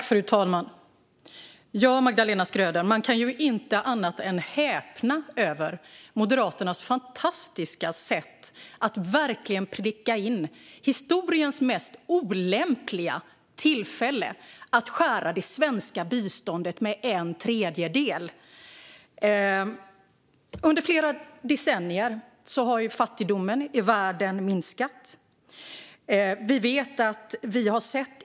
Fru talman! Magdalena Schröder! Man kan inte annat än häpna över Moderaternas fantastiska sätt att verkligen pricka in historiens mest olämpliga tillfälle att skära det svenska biståndet med en tredjedel. Under flera decennier har fattigdomen i världen minskat.